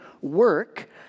work